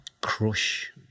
crush